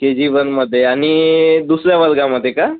के G वनमध्ये आणि दुसऱ्या वर्गामध्ये का